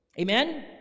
Amen